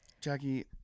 Jackie